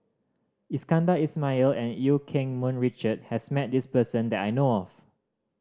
Iskandar Ismail and Eu Keng Mun Richard has met this person that I know of